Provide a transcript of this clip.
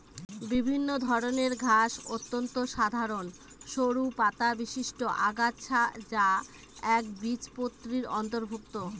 বিভিন্ন ধরনের ঘাস অত্যন্ত সাধারন সরু পাতাবিশিষ্ট আগাছা যা একবীজপত্রীর অন্তর্ভুক্ত